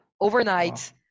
overnight